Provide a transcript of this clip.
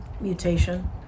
mutation